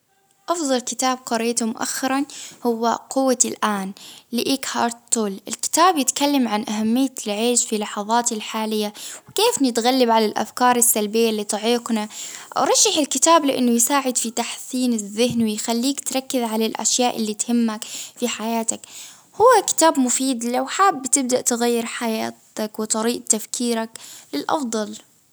أفضل كتاب قريته مؤخرا، هو قوتي الأن الكتاب يتكلم عن أهمية العيش في لحظاتي الحالية، كيف نتغلب على الأفكار السلبية اللي تعيقنا؟ أرشح الكتاب لإنه يساعد في تحسين الذهن ويخليك تركز على الأشياء اللي تهمك في حياتك ،كتاب مفيد لو حابب تبدأ تغير حياتك، وطريقة تفكيرك الأفضل.